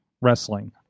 wrestling